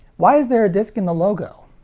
why is there a disc in the logo?